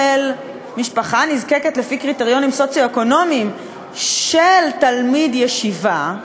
של משפחה נזקקת לפי קריטריונים סוציו-אקונומיים של תלמיד ישיבה,